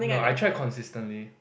no I try consistently